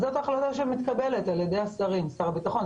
אז זו ההחלטה שמתקבלת על ידי השרים שר הביטחון,